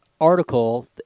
article